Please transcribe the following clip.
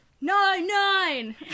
Nine-Nine